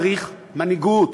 צריך מנהיגות.